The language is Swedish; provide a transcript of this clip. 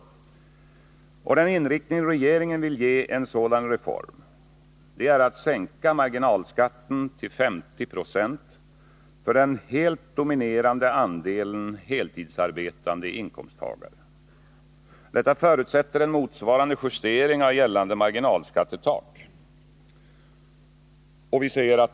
Den inriktning regeringen vill ge en sådan reform är att sänka marginalskatten till 50 90 för den helt dominerande andelen heltidsarbetande inkomsttagare. Detta förutsätter en motsvarande justering av gällande marginalskattetak.